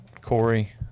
Corey